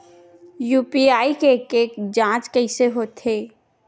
UPI के के जांच कइसे होथे?